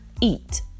eat